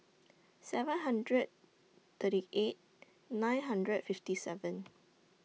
seven hundred thirty eight nine hundred fifty seven